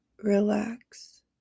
relax